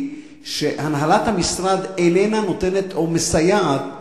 היא שהנהלת המשרד איננה מסייעת לעובדים,